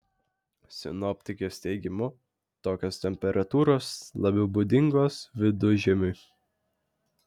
sinoptikės teigimu tokios temperatūros labiau būdingos vidužiemiui